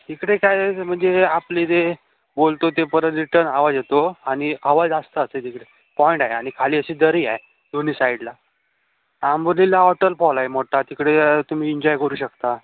तिकडे काय जर म्हणजे आपले जे बोलतो ते परत रिटर्न आवाज येतो आणि आवाज असतात असे तिकडे पॉइंट आहे आणि खाली अशी दरी आहे दोन्ही साईडला आंबोलीला वॉटरपाॅल आहे मोठा तिकडे तुम्ही इन्जॉय करू शकता